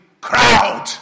crowd